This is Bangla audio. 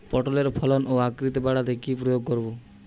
পটলের ফলন ও আকৃতি বাড়াতে কি প্রয়োগ করব?